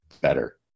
better